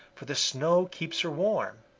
for the snow keeps her warm.